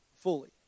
fully